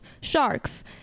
sharks